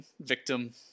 victim